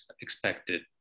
expected